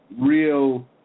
real